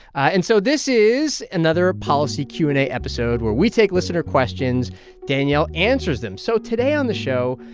and so this is another policy q and a episode where we take listener questions danielle answers them. so today on the show,